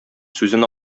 сүзен